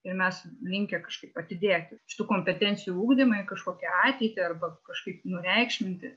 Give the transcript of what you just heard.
ir mes linkę kažkaip atidėti šitų kompetencijų ugdymą į kažkokią ateitį arba kažkaip nureikšminti